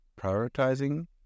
prioritizing